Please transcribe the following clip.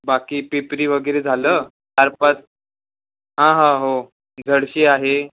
बाकी पिपरी वगैरे झालं चारपाच हां हां हो झडशी आहे